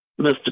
Mr